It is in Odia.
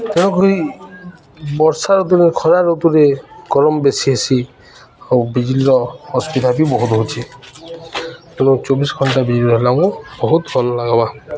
ତେଣୁକରି ବର୍ଷା ଦିନରେ ଖରା ଋତୁରେ ଗରମ ବେଶୀ ହେସି ଆଉ ବିଜୁଳିର ଅସୁବିଧା ବି ବହୁତ ହେଉଛେ ତେଣୁ ଚବିଶ ଘଣ୍ଟା ବିଜୁଳି ରହିଲେ ଆମ୍କୁ ବହୁତ ଭଲ ଲାଗ୍ବା